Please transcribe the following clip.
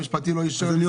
המשפטי לא אישר לפתור אותם.